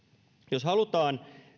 jos halutaan